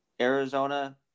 arizona